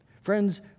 Friends